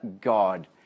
God